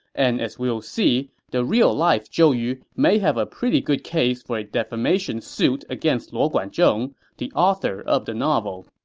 and as we will see, the real-life zhou yu may have ah a good case for a defamation suit against luo guanzhong, the author of the novel